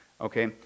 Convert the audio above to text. okay